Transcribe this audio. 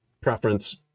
preference